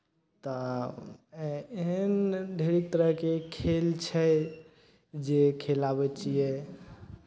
तऽ एहन ढेरी तरहके खेल छै जे खेल आबै छियै